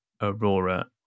aurora